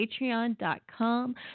patreon.com